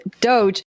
Doge